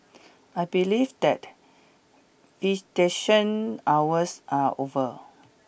I believe that visitation hours are over